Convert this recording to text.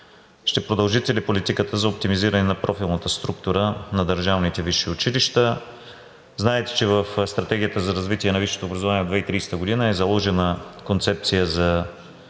Ще продължите ли политиката за оптимизиране на профилната структура на държавните висши училища? Знаете, че в Стратегията за развитие на висшето образование 2030 г. е заложена концепция за